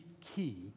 key